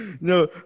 No